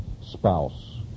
spouse